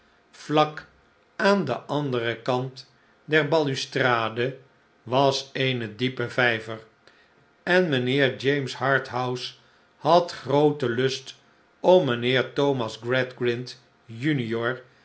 vlak aan den anderen kant der balustrade was eene diepe vijver en mijnheer james harthouse had grooten lust om mijnheer thomas gradgrind junior